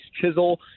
chisel